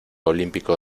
olímpico